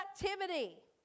productivity